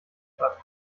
statt